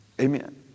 Amen